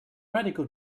radical